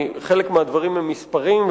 כי חלק מהדברים הם מספרים,